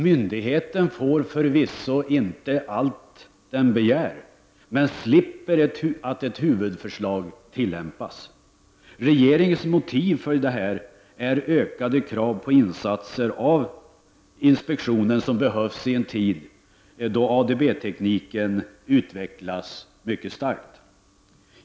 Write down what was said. Myndigheten får förvisso inte allt som den begär, men slipper omfattas av huvudförslaget. Regeringens motiv för detta är de ökade krav på insatser av inspektionen som behövs i en tid då ADB-tekniken utvecklas mycket starkt.